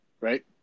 right